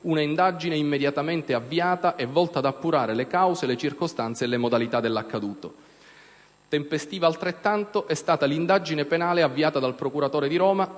una indagine immediatamente avviata e volta ad appurare le cause, le circostanze e le modalità dell'accaduto. Tempestiva altrettanto è stata l'indagine penale avviata dal procuratore di Roma,